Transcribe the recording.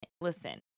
listen